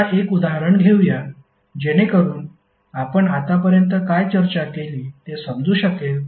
आता एक उदाहरण घेऊया जेणेकरुन आपण आत्तापर्यंत काय चर्चा केली ते समजू शकेल